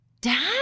Dad